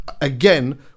again